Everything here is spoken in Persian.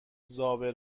زابه